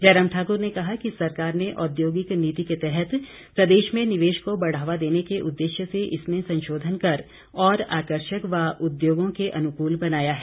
जयराम ठाकुर ने कहा कि सरकार ने औद्योगिक नीति के तहत प्रदेश में निवेश को बढ़ावा देने के उद्देश्य से इसमें संशोधन कर और आकर्षक व उद्योगों के अनुकूल बनाया है